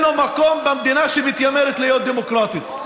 לו מקום במדינה שמתיימרת להיות דמוקרטית.